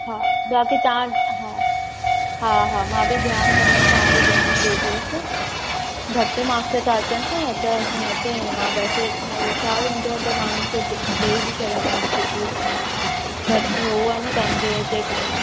हा बाक़ी तव्हां वटि हा हा हा मां ध्यानु कंदमि तव्हां बि ध्यानु ॾिजोसि घटि माक्स था अचंसि न त असां न चऊं आहे वैसे हा हुशियारु हूंदो आहे त माण्हुनि खे ॾेई बि छॾींदा आहिनि छुट्टियूं घटि में उहो आहे न कमज़ोर जे कारण